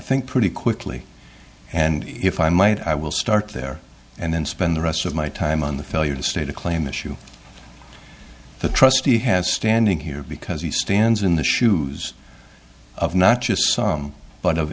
think pretty quickly and if i might i will start there and then spend the rest of my time on the failure to state a claim issue the trustee has standing here because he stands in the shoes of not just some but of